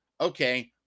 Okay